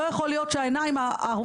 לא יכול להיות שהעיניים הארוכות,